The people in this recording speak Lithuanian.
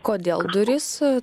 kodėl durys